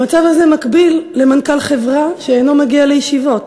המצב הזה מקביל למצב של מנכ"ל חברה שאינו מגיע לישיבות,